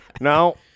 No